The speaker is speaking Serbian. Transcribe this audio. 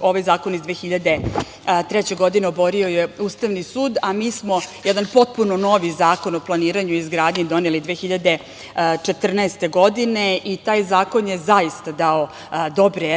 ovaj zakon iz 2003. godine oborio je Ustavni sud, da smo mi jedan potpuno novi Zakon o planiranju i izgradnji doneli 2014. godine i taj zakon je zaista dao dobre efekte